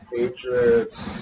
Patriots